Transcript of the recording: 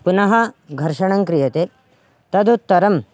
पुनः घर्षणं क्रियते तदुत्तरं